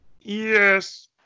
Yes